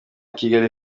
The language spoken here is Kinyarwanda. kigali